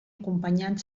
acompanyant